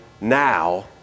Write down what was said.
now